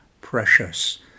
precious